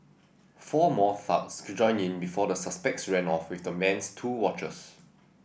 four more thugs joined in before the suspects ran off with the man's two watches